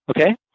okay